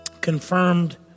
confirmed